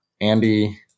Andy